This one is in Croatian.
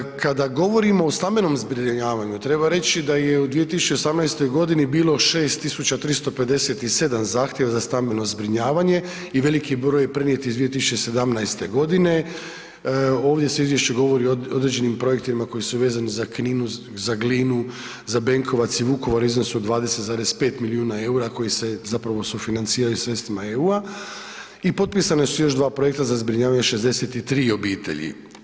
Kada govorimo o stambenom zbrinjavanju, treba reći da je u 2018. g. bilo 6 357 zahtjeva za stambeno zbrinjavanje i veliki broj je prenijet iz 2017. g., ovdje se u izvješću govori o određenim projektima koji su vezani za Glinu, za Benkovac i Vukovar u iznosu od 20,5 milijuna eura koji zapravo sufinanciraju sredstvima EU-a i potpisana su još dva projekta za zbrinjavanje 63 obitelji.